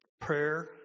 prayer